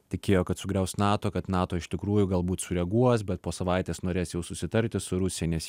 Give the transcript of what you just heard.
tikėjo kad sugriaus nato kad nato iš tikrųjų galbūt sureaguos bet po savaitės norės jau susitarti su rusija nes